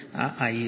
આ Ia છે